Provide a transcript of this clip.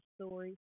story